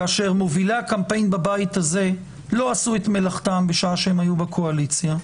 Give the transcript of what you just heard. כאשר מובילי הקמפיין בבית הזה לא עשו את מלאכתם בשעה שהם היו בקואליציה,